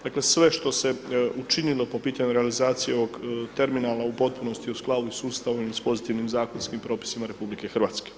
Dakle, sve što se učinilo po pitanju realizacije ovog terminala u potpunosti je u skladu s Ustavom i s pozitivnim zakonskim propisima RH.